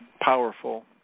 powerful